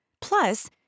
Plus